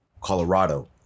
Colorado